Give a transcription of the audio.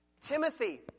Timothy